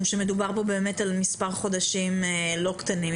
שמדובר באמת על מספר חודשים לא קטנים.